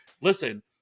listen